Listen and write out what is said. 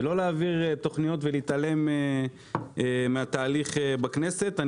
ולא להעביר תוכניות ולהתעלם מהתהליך בכנסת.